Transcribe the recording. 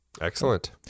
Excellent